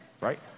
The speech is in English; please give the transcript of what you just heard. right